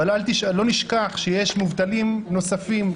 אבל לא נשכח שיש מובטלים נוספים,